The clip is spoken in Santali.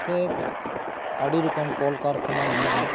ᱥᱮ ᱟᱹᱰᱤ ᱨᱚᱠᱚᱢ ᱠᱚᱞᱠᱟᱨᱠᱷᱟᱱᱟ ᱢᱮᱱᱟᱜᱼᱟ